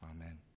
Amen